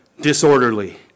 disorderly